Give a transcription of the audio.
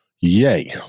yay